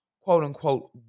quote-unquote